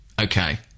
Okay